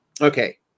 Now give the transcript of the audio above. Okay